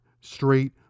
straight